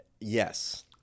Yes